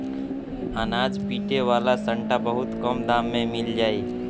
अनाज पीटे वाला सांटा बहुत कम दाम में मिल जाई